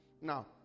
now